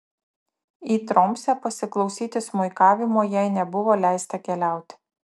į tromsę pasiklausyti smuikavimo jai nebuvo leista keliauti